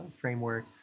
framework